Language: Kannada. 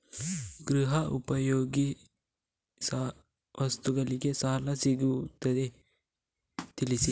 ಗೃಹ ಉಪಯೋಗಿ ವಸ್ತುಗಳಿಗೆ ಸಾಲ ಸಿಗುವುದೇ ತಿಳಿಸಿ?